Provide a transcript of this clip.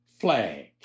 flag